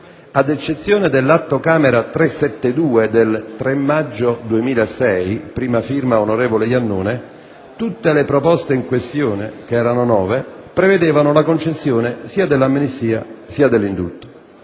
Ad eccezione dell'Atto Camera n. 372, presentato il 3 maggio 2006, prima firma onorevole Iannone, tutte le proposte in questione - nove in totale - prevedevano la concessione sia dell'amnistia, sia dell'indulto.